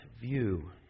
view